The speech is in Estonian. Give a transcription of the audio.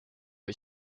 või